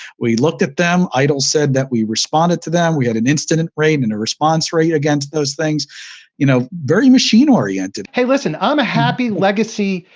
we looked at them. idle said that we responded to them. we had an incident rate and a response rate against those things you know very machine oriented. hey, listen. i'm a happy, legacy